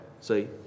See